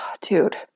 dude